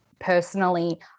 personally